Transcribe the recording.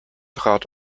trat